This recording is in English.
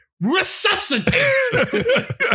resuscitate